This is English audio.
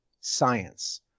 science